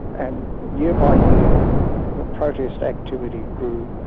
and year by year the protest activity grew.